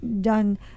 done